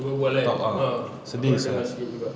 berbual kan a'ah aku ada dengar sikit juga